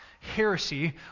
heresy